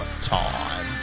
time